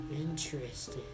Interesting